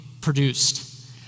produced